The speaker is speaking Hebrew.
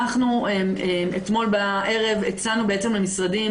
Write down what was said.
אתמול בערב הצענו למשרדים,